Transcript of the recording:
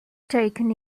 taken